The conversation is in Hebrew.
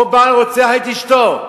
או בעל רוצח את אשתו.